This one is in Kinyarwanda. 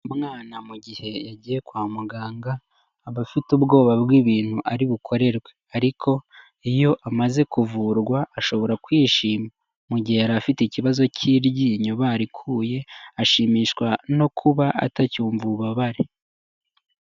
Umwana mu gihe yagiye kwa muganga aba afite ubwoba bw'ibintu ari bukorerwe ariko iyo amaze kuvurwa ashobora kwishima mu gihe yari afite ikibazo cy'iryinyo barikuye ashimishwa no kuba atacyumva ububabare.